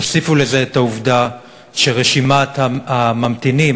תוסיפו לזה את העובדה שרשימת הממתינים